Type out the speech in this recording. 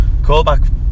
Callback